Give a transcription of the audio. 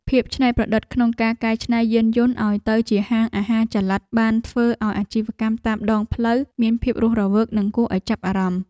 ភាពច្នៃប្រឌិតក្នុងការកែច្នៃយានយន្តឱ្យទៅជាហាងអាហារចល័តបានធ្វើឱ្យអាជីវកម្មតាមដងផ្លូវមានភាពរស់រវើកនិងគួរឱ្យចាប់អារម្មណ៍។